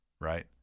right